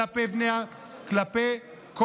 כלפי כל